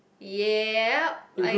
yup I